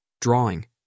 drawing